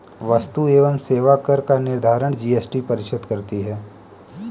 वस्तु एवं सेवा कर का निर्धारण जीएसटी परिषद करती है